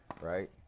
right